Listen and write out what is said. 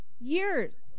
years